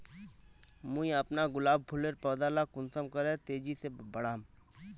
मुई अपना गुलाब फूलेर पौधा ला कुंसम करे तेजी से बढ़ाम?